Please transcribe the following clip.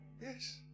Yes